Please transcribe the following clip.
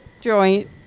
joint